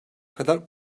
kadar